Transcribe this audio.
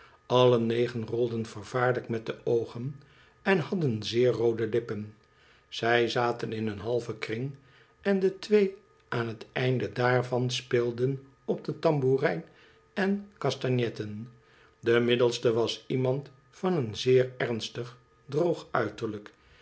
alle negen rolden vervaarlijk met de oogen en hadden zeer roode lippen zij zaten in een halven kring en de twee aan het einde daarvan speelden op de tamboerijn en castagnetten de middelste was iemand van een zeer ernstig droog uiterlijk